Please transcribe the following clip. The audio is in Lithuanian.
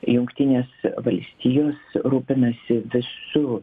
jungtinės valstijos rūpinasi visu